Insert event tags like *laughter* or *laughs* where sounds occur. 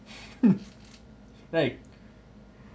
*laughs* right